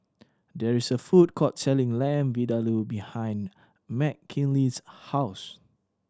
there is a food court selling Lamb Vindaloo behind Mckinley's house